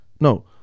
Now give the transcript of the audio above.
No